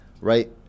Right